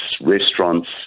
restaurants